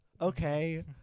Okay